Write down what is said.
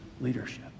leadership